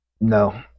no